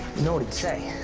know what he'd say.